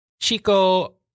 Chico